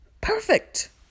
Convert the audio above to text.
perfect